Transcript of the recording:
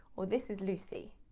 or this is lucy.